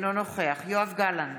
אינו נוכח יואב גלנט,